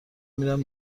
میرم